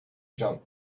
jump